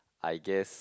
I guess